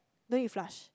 don't need to flush